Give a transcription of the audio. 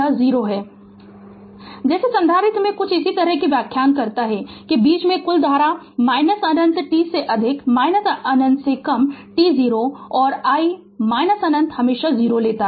Refer Slide Time 1242 जैसे संधारित्र भी कुछ इसी की व्याख्या करता है कि बीच में कुल धारा अनंत t से अधिक अनंत से कम t 0 और i अनंत हमेशा 0 लेता है